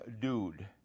dude